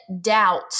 doubt